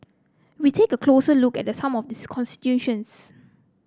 we take a closer look at some of these constituencies